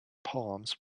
palms